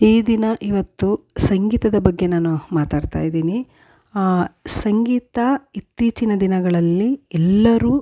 ಈ ದಿನ ಇವತ್ತು ಸಂಗೀತದ ಬಗ್ಗೆ ನಾನು ಮಾತಾಡ್ತಾಯಿದ್ದೀನಿ ಸಂಗೀತ ಇತ್ತೀಚಿನ ದಿನಗಳಲ್ಲಿ ಎಲ್ಲರು